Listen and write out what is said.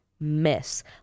miss